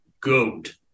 goat